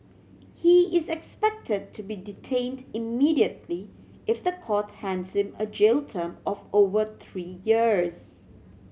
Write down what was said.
he is expected to be detained immediately if the court hands him a jail term of over three years